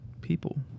people